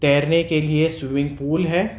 تیرنے کے لیے سوئمنگ پل ہے